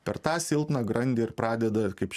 per tą silpną grandį ir pradeda kaip